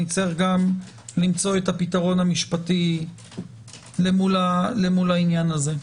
נצטרך גם למצוא את הפתרון המשפטי מול העניין הזה.